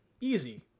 Easy